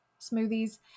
smoothies